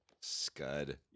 Scud